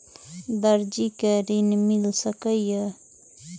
दर्जी कै ऋण मिल सके ये?